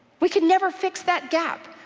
we could never fix that gap,